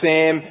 Sam